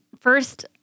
First